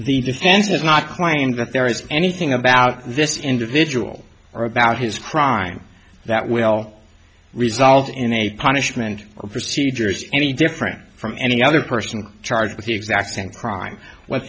the defense has not claimed that there is anything about this individual or about his crime that will result in a punishment or procedures any different from any other person charged with the exact same crime what